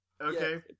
Okay